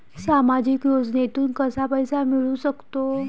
सामाजिक योजनेतून कसा पैसा मिळू सकतो?